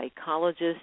psychologist